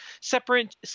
separate